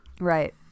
Right